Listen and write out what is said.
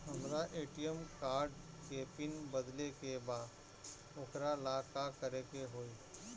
हमरा ATM card के pin बदले के बा वोकरा ला का करे के होई?